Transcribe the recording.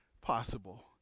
possible